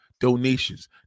donations